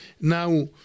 now